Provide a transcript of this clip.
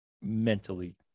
mentally